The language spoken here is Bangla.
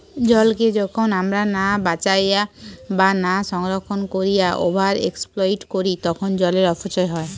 জলকে যখন আমরা না বাঁচাইয়া বা না সংরক্ষণ কোরিয়া ওভার এক্সপ্লইট করি তখন জলের অপচয় হয়